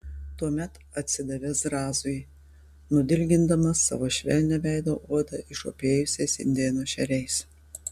tuomet atsidavė zrazui nudilgindamas savo švelnią veido odą išopėjusiais indėno šeriais